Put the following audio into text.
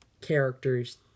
characters